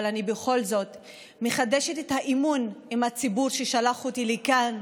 אבל אני בכל זאת מחדשת את האמון עם הציבור ששלח אותי לכאן,